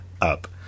up